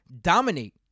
Dominate